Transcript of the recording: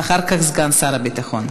ואחר כך, סגן שר הביטחון.